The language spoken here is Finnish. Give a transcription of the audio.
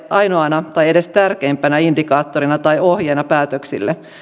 ainoana tai edes tärkeimpänä indikaattorina tai ohjeena päätöksille